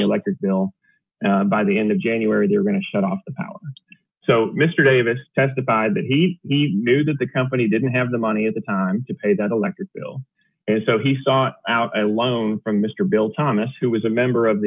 electric bill by the end of january they're going to shut off power so mr davis testified that he even knew that the company didn't have the money at the time to pay the electric bill and so he sought out a loan from mr bill thomas who was a member of the